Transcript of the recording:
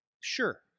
Sure